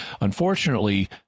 Unfortunately